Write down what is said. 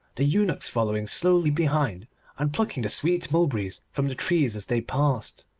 the eunuchs following slowly behind and plucking the sweet mulberries from the trees as they passed.